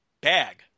bag